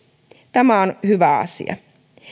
tämä on hyvä asia